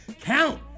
count